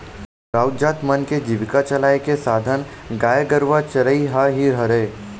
राउत जात मन के जीविका चलाय के साधन गाय गरुवा चरई ह ही हरय